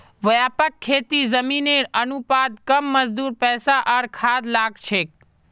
व्यापक खेतीत जमीनेर अनुपात कम मजदूर पैसा आर खाद लाग छेक